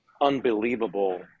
unbelievable